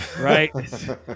Right